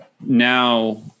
now